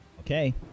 Okay